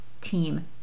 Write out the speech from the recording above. team